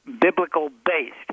biblical-based